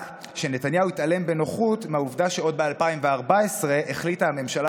רק שנתניהו התעלם בנוחות מהעובדה שעוד ב-2014 החליטה הממשלה